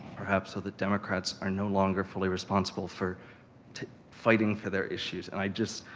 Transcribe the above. perhaps so that democrats are no longer fully responsible for fighting for their issues. and i just,